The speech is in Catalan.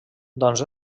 doncs